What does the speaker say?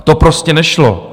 To prostě nešlo!